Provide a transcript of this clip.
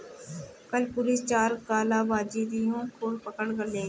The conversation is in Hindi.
कल पुलिस चार कालाबाजारियों को पकड़ कर ले गए